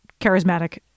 charismatic